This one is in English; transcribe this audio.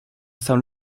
some